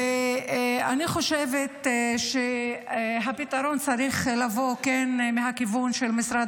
ואני חושבת שהפתרון צריך לבוא מהכיוון של משרד